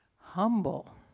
humble